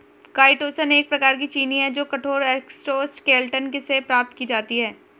chitosan एक प्रकार की चीनी है जो कठोर एक्सोस्केलेटन से प्राप्त की जाती है